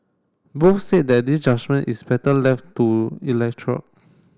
both said that this judgement is better left to